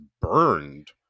burned